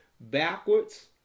backwards